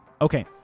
Okay